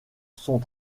sont